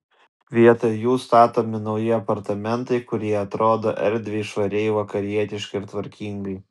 vietoje jų statomi nauji apartamentai kurie atrodo erdviai švariai vakarietiškai ir tvarkingai